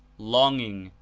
longing,